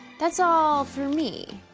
that's all for me,